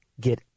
get